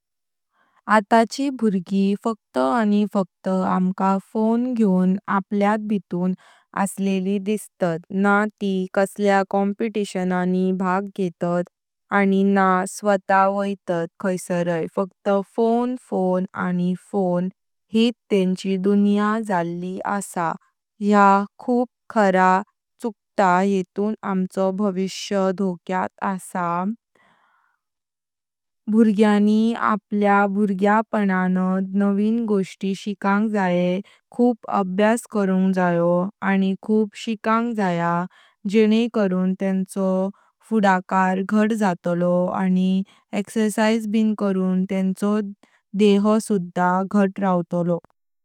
आताची भुर्गी फक्त आनी फक्त आमका फोन घयवोन आपल्यात भेटून असलिली दिसतात। न्हां ती कसल्यार कंपिलेशनांनी भाग घेतात आनी न्हां स्वत खैसारय फक्त फोन फोन आनी फोन यीत तेंची दुनिया जाळी असा। या खूप खरा चुकता येतून आमचो भविष्य डोक्यात असा। बीर्ग्यानी आपल्या भुर्ग्या पाणांत नवीन गोष्टी शीकांग जायें खूप अभ्यास करुंग जायो आनी खूप शीकांग जाया जेनेकादे तेंचो फुदकार घात जातलो। आनी एक्सरसाइज ब करुन तेंचो देह सुधा घात रव्तलो।